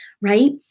right